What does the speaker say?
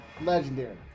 Legendary